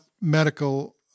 medical